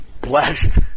Blessed